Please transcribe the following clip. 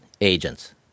agents